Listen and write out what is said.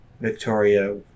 Victoria